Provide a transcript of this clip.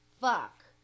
fuck